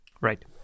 Right